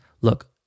Look